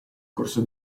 corso